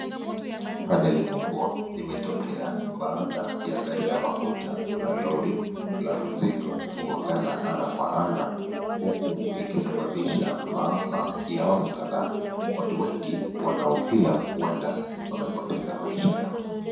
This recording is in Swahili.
Ajali kubwa limetokea, baada ya gari la mafuta na lori la mzigo kugongana ana kwa ana, huku ikisababisha maafa ya watu kadhaa. Watu wengi wanahofia huenda wamepoteza maisha yao.